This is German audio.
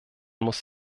muss